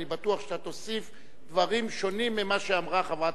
אני בטוח שאתה תוסיף דברים שונים ממה שאמרה חברת